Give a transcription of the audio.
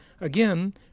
again